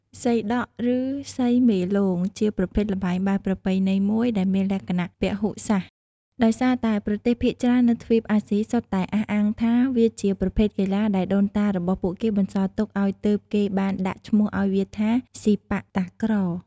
សីដក់ ឬ សីមេលោង ជាប្រភេទល្បែងបែបប្រពៃណីមួយដែលមានលក្ខណៈពហុសាសន៍ដោយសារតែប្រទេស ភាគច្រើននៅទ្វីបអាស៊ីសុទ្ធតែអះអាងថា វាជាប្រភេទកីឡាដែលដូនតារបស់ពួកគេបន្សល់ទុកឲ្យទើបគេបានដាក់ឈ្មោះឲ្យវាថា សីប៉ាក់តាក្រ។